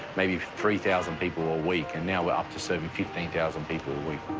maybe three thousand people a week, and now we are up to serving fifteen thousand people a week.